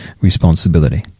responsibility